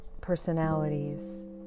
personalities